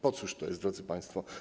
Po cóż to jest, drodzy państwo?